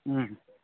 ꯎꯝ